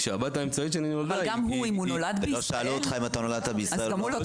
כשהבת האמצעית שלי נולדה --- לא שאלו אותך אם נולדת בישראל?